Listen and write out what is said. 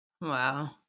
Wow